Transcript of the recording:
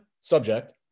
subject